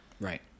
Right